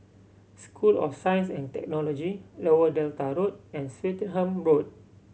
School of Science and Technology Lower Delta Road and Swettenham Road